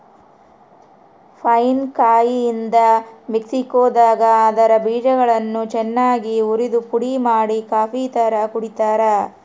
pine ಕಾಯಿಯಿಂದ ಮೆಕ್ಸಿಕೋದಾಗ ಅದರ ಬೀಜಗಳನ್ನು ಚನ್ನಾಗಿ ಉರಿದುಪುಡಿಮಾಡಿ ಕಾಫಿತರ ಕುಡಿತಾರ